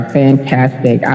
fantastic